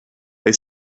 they